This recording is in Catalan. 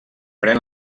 pren